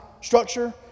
structure